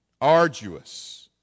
arduous